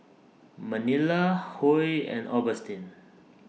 Manilla Huy and Augustin